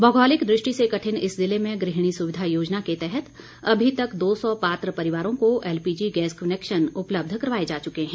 भौगोलिक दृष्टि से कठिन इस ज़िले में गृहणी सुविधा योजना के तहत अभी तक दो सौ पात्र परिवारों को एलपीजी गैस कनेक्शन उपलब्ध करवाये जा चुके हैं